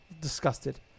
Disgusted